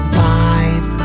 five